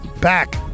back